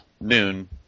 noon